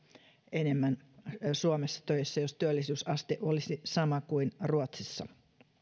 enemmän olisi suomessa töissä jos työllisyysaste olisi sama kuin ruotsissa